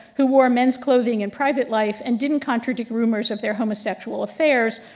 who wore men's clothing in private life, and didn't contradict rumors of their homosexual affairs,